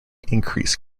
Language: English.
increase